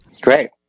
Great